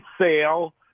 Sale